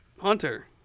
Hunter